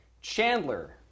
Chandler